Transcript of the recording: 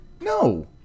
No